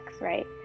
right